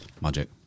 Magic